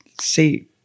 see